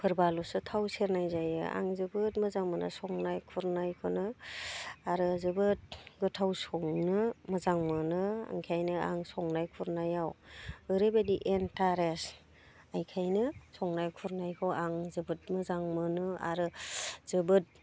फोरब्लल'सो थाव सेरनाय जायो आं जोबोद मोजां मोनो संनाय खुरनायखौनो आरो जोबोद गोथाव संनो मोजां मोनो ओंखायनो आं संनाय खुरनायाव ओरैबायदि इन्ट्रेस्ट एखायनो संनाय खुरनायखौ आं जोबोद मोजां मोनो आरो जोबोद